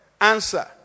answer